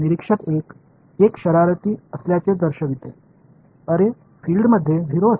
निरीक्षक 1 एक शरारती असल्याचे दर्शविते अरे फिल्डमध्ये 0 असते